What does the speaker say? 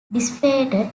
dissipated